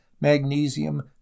magnesium